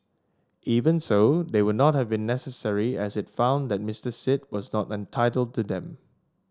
even so they would not have been necessary as it found that Mister Sit was not entitled to them